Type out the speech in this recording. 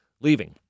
leaving